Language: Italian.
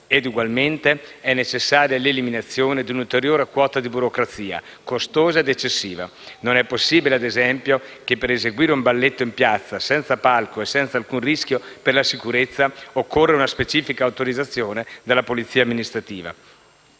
Ed ugualmente è necessaria l'eliminazione di un'ulteriore quota di burocrazia, costosa ed eccessiva. Non è possibile, ad esempio, che per eseguire un balletto in piazza, senza palco e senza alcun rischio per la sicurezza, occorra una specifica autorizzazione della polizia amministrativa.